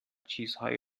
چیزهایی